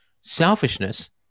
selfishness